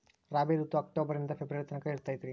ರಾಬಿ ಋತು ಅಕ್ಟೋಬರ್ ನಿಂದ ಫೆಬ್ರುವರಿ ತನಕ ಇರತೈತ್ರಿ